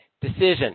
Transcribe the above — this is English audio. decision